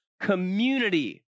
community